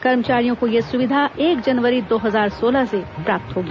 कर्मचारियों को यह स्विधा एक जनवरी दो हजार सोलह से प्राप्त होगी